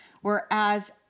Whereas